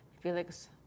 Felix